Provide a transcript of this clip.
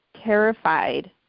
terrified